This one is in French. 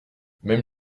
même